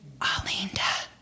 Alinda